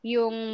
Yung